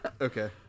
Okay